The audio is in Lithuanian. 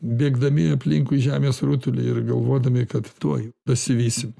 bėgdami aplinkui žemės rutulį ir galvodami kad tuoj pasivysim